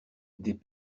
des